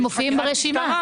הם מופיעים ברשימה.